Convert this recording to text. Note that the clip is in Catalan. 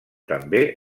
també